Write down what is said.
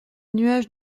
nuages